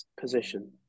position